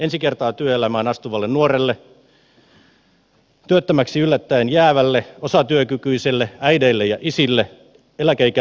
ensi kertaa työelämään astuvalle nuorelle työttömäksi yllättäen jäävälle osatyökykyiselle äideille ja isille eläkeikää lähestyville